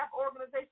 organizations